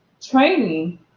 training